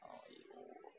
oh 也